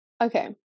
okay